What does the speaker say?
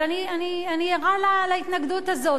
אבל אני ערה להתנגדות הזו.